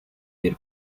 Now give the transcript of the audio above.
bir